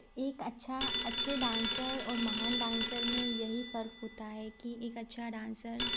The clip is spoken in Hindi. एक अच्छा अच्छे डांसर और महान डांसर में यही फ़र्क़ होता है कि एक अच्छा डांसर